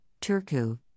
Turku